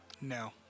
No